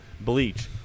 Bleach